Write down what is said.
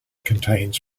contains